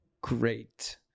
great